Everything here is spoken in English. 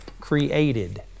created